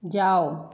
जाओ